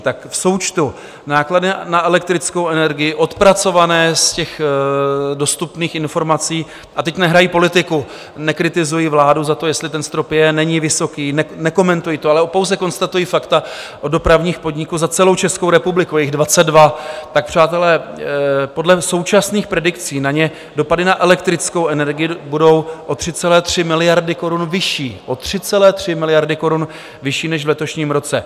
V součtu náklady na elektrickou energii odpracované z dostupných informací a teď nehraji politiku, nekritizuji vládu za to, jestli ten strop je, není vysoký, nekomentuji to, ale pouze konstatuji fakta od dopravních podniků za celou Českou republiku, je jich 22 tak přátelé, podle současných predikcí na ně dopady na elektrickou energii budou o 3,3 miliardy korun vyšší o 3,3 miliardy korun vyšší než v letošním roce!